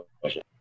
question